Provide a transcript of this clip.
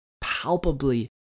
palpably